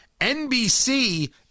NBC